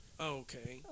okay